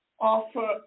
offer